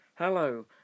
Hello